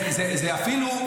זה אפילו,